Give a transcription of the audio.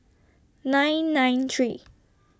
nine nine three